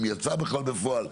אם יצא בכלל בפועל.